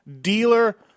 dealer